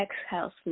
exhale